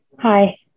Hi